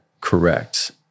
correct